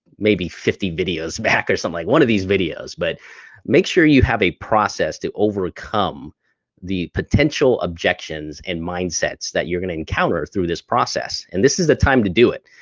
maybe fifty videos back or something like one of these videos, but make sure you have a process to overcome the potential objections and mindsets that you're gonna encounter through this process. and this is the time to do it.